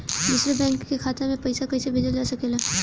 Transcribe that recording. दूसरे बैंक के खाता में पइसा कइसे भेजल जा सके ला?